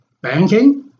banking